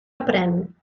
aprén